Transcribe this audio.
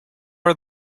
are